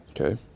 okay